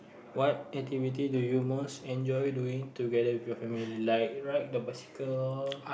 what activity do you most enjoy doing together with your family like ride the bicycle